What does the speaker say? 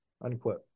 unquote